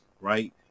right